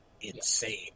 insane